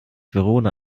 verona